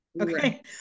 okay